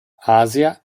asia